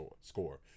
score